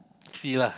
see lah